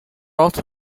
also